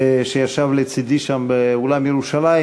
שישב לצדי שם באולם "ירושלים",